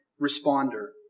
responder